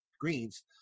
greens